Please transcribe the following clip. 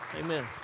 Amen